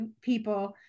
people